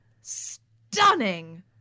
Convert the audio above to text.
Stunning